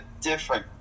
different